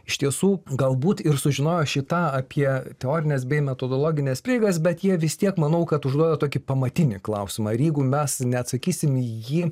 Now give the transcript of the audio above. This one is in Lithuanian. iš tiesų galbūt ir sužinojo šį tą apie teorines bei metodologines prieigas bet jie vis tiek manau kad užduoda tokį pamatinį klausimą ir jeigu mes neatsakysim į jį